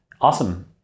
awesome